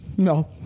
No